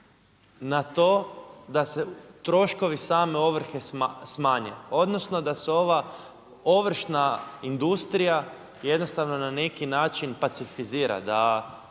na to da se troškovi same ovrhe smanje, odnosno, da se ova ovršna industrija, jednostavno, na neki način pacificira, da